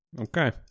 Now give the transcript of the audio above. Okay